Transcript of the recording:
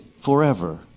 forever